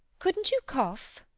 couldn't you cough?